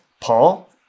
Paul